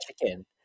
chicken